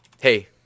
hey